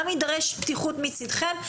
תידרש פתיחות גם מצדכם.